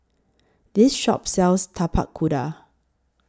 This Shop sells Tapak Kuda